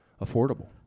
affordable